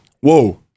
whoa